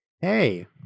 Hey